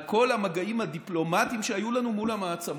לכל המגעים הדיפלומטיים שהיו לנו מול המעצמות.